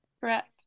Correct